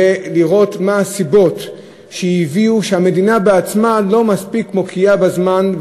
וצריך לראות מה הסיבות שהמדינה בעצמה לא מספיק מוקיעה בזמן,